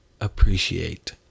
appreciate